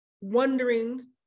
wondering